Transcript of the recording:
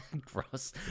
Gross